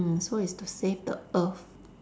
mm so it's to save the earth